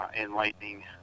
enlightening